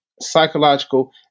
psychological